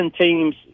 teams –